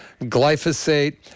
glyphosate